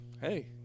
hey